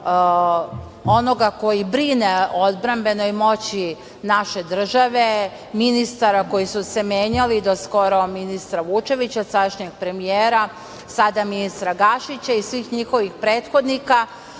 onoga koji brine o odbrambenoj moći naše države, ministara koji su se menjali do skoro ministra Vučevića sadašnjeg premijera sada ministra Gašića i svih njihovih prethodnika